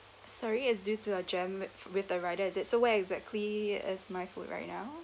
sorry it due to a jam with with the rider is it so where exactly is my food right now